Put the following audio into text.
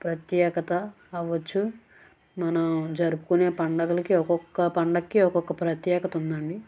ప్రత్యేకత అవ్వచ్చు మనం జరుపుకునే పండుగలకి ఒకొక్క పండక్కి ఒకొక్క ప్రత్యేకత ఉందండి